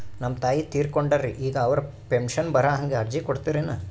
ನಮ್ ತಾಯಿ ತೀರಕೊಂಡಾರ್ರಿ ಈಗ ಅವ್ರ ಪೆಂಶನ್ ಬರಹಂಗ ಅರ್ಜಿ ಕೊಡತೀರೆನು?